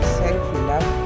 self-love